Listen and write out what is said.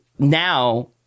now